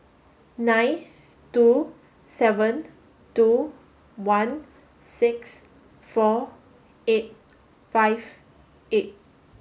nine two seven two one six four eight five eight